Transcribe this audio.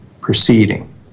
proceeding